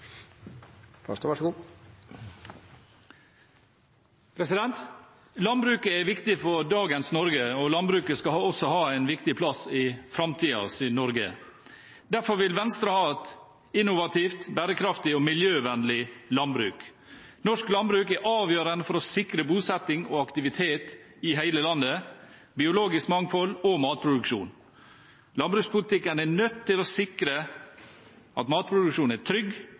Norge. Derfor vil Venstre ha et innovativt, bærekraftig og miljøvennlig landbruk. Norsk landbruk er avgjørende for å sikre bosetting og aktivitet i hele landet, biologisk mangfold og matproduksjon. Landbrukspolitikken er nødt til å sikre at matproduksjonen er trygg,